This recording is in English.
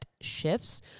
shifts